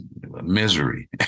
misery